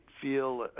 feel